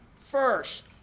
first